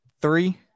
Three